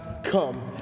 come